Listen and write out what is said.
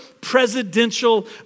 presidential